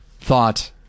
thought